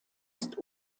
ist